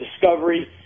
Discovery